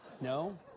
No